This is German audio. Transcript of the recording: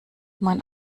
mein